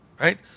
Right